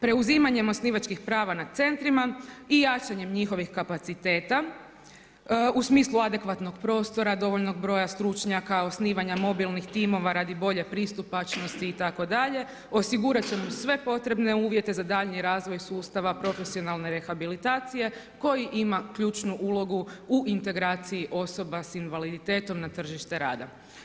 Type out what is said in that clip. Preuzimanjem osnivačkih prava nad centrima i jačanjem njihovih kapaciteta u smislu adekvatnog prostora, dovoljnog broja stručnjaka, osnivanja mobilnih timova radi bolje pristupačnosti itd., osigurati ćemo sve potrebne uvjete za daljnji razvoj sustava profesionalne rehabilitacije koji ima ključnu ulogu u integraciji osoba sa invaliditetom na tržište rada.